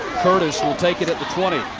curtis will take it at the twenty.